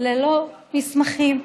ללא מסמכים,